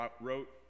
wrote